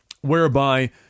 whereby